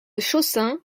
chaussin